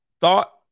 thought